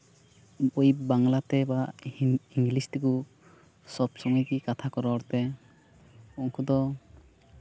ᱵᱟᱝᱞᱟᱛᱮ ᱵᱟ ᱤᱝᱞᱤᱥ ᱛᱮᱠᱚ ᱥᱚᱵ ᱥᱚᱸᱜᱮᱛᱮ ᱠᱟᱛᱷᱟ ᱠᱚ ᱨᱚᱲᱛᱮ ᱩᱱᱠᱩ ᱫᱚ